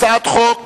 הצעת חוק